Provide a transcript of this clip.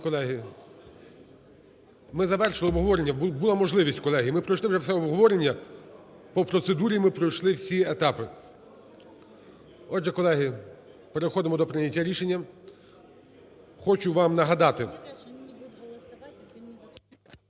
ми завершили обговорення. Була можливість, колеги. Ми пройшли все обговорення. По процедурі ми пройшли всі етапи. Отже, колеги, переходимо до прийняття рішення. Хочу вам нагадати.